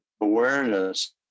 awareness